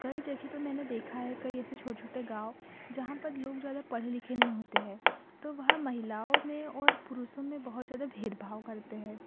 कई जगह पे मैंने देखा है कई ऐसे छोटे छोटे गाँव जहाँ पर लोग ज़्यादा पढ़े लिखे नहीं होते हैं तो वह महिलाओं में और पुरुषों में बहुत ज़्यादा भेदभाव करते हैं